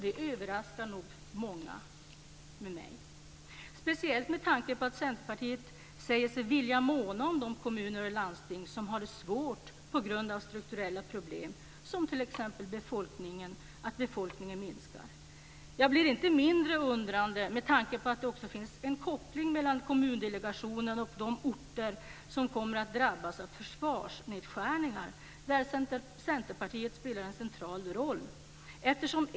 Det överraskar nog många med mig, speciellt med tanke på att Centerpartiet säger sig vilja måna om de kommuner och landsting som har det svårt på grund av strukturella problem, t.ex. att befolkningen minskar. Jag blir inte mindre undrande med tanke på att det också finns en koppling mellan Kommundelegationen och de orter som kommer att drabbas av försvarsnedskärningar, där Centerpartiet spelar en central roll.